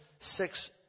six